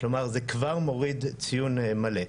כלומר זה כבר מוריד ציון מלא.